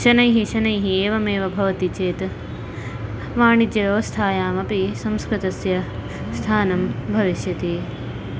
शनैः शनैः एवमेव भवन्ति चेत् वाणिज्यव्यवस्थायामपि संस्कृतस्य स्थानं भविष्यति